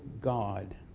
God